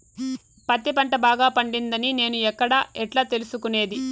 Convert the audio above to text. పత్తి పంట బాగా పండిందని నేను ఎక్కడ, ఎట్లా తెలుసుకునేది?